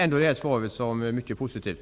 Jag ser svaret som mycket positivt.